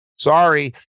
Sorry